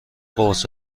قرص